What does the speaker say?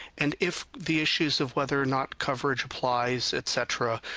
and if the issues of whether or not coverage applies, etc,